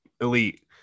elite